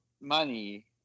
money